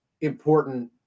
important